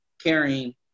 carrying